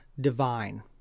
Divine